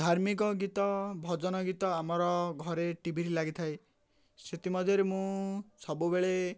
ଧାର୍ମିକ ଗୀତ ଭଜନ ଗୀତ ଆମର ଘରେ ଟିଭିରେ ଲାଗିଥାଏ ସେଥିମଧ୍ୟରେ ମୁଁ ସବୁବେଳେ